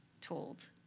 told